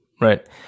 right